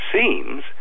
seems